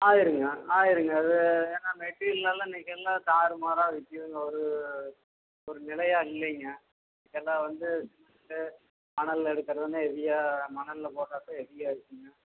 ஆகிருங்க ஆகிருங்க அது ஏன்னால் மெட்டீரியல்லாம் இன்னைக்கு எல்லாம் தாறுமாறாக விற்கிதுங்க ஒரு ஒரு நிலையாக இல்லைங்க இங்கெல்லாம் வந்து இது மணல் எடுக்கிறதுன்னா ஹெவியாக மணலில் போடுறதுதான் ஹெவியாக இருக்குங்க